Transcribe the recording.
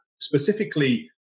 specifically